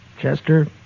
Chester